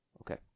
Okay